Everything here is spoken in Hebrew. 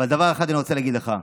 אבל דבר אחד אני רוצה להגיד לך: